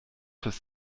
fürs